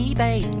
Ebay